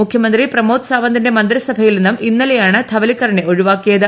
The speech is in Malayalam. മുഖ്യമന്ത്രി പ്രമോദ് സാവന്തിന്റെ മന്ത്രിസഭയിൽ നിന്നും ഇന്നലെയാണ് ധവലിക്കാറിനെ ഒഴിവാക്കിയത്